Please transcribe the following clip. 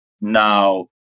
Now